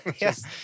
yes